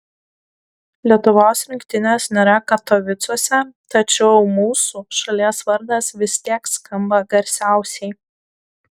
lietuvos rinktinės nėra katovicuose tačiau mūsų šalies vardas vis tiek skamba garsiausiai